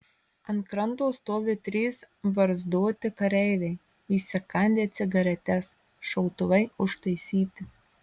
ant kranto stovi trys barzdoti kareiviai įsikandę cigaretes šautuvai užtaisyti